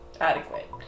adequate